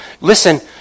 listen